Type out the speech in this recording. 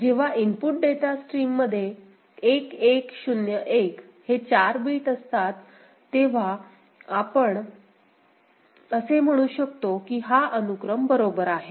जेव्हा input data stream मध्ये 1 1 0 1 हे 4 बिट असतात तेव्हा आपण असे म्हणू शकतो की हा अनुक्रम बरोबर आहे